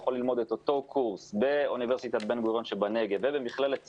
יכולים ללמוד את אותו קורס באוניברסיטת בן גוריון שבנגב ובמכללת ספיר,